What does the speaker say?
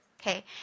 Okay